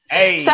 Hey